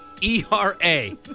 E-R-A